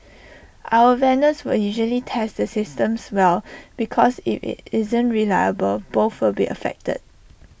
our vendors will usually test the systems well because if IT isn't reliable both will be affected